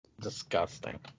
Disgusting